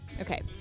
Okay